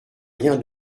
rien